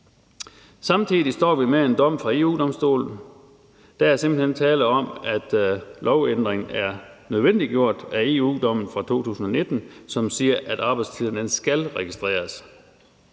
Samtidig står vi med en dom fra EU-Domstolen, og der er simpelt hen tale om, at lovændringen er nødvendiggjort af EU-dommen fra 2019, som siger, at arbejdstiden skal registreres.